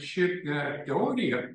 ši teorija